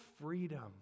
freedom